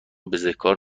بزهکار